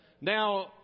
now